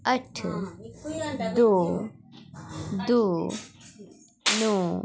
अट्ठ दो दो नौ